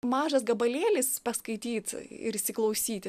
mažas gabalėlis paskaityt ir įsiklausyti